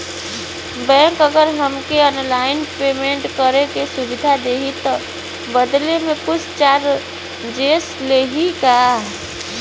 Bank अगर हमके online payment करे के सुविधा देही त बदले में कुछ चार्जेस लेही का?